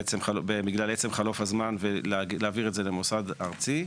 בגלל עצם חלוף הזמן, ולהבעיר את זה למוסד ארצי.